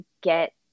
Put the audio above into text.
get